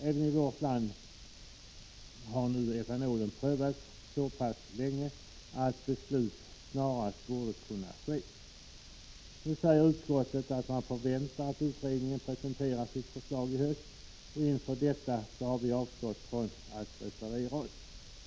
Även i vårt land har etanolen nu prövats så länge att beslut snarast borde kunna fattas. Man säger i utskottet att man förväntar sig att utredningen presenterar sitt förslag i höst. I väntan på detta har vi avstått från att reservera oss.